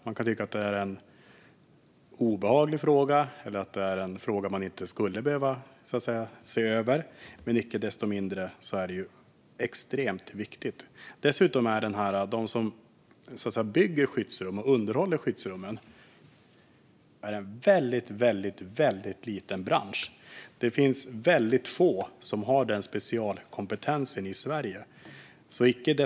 Man kan tycka att det är en obehaglig fråga eller att det är en fråga som man inte skulle behöva se över, men icke desto mindre är detta extremt viktigt. Dessutom är detta en väldigt liten bransch - de som bygger skyddsrum och som underhåller skyddsrum. Det finns väldigt få som har den specialkompetensen i Sverige.